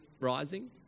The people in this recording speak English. rising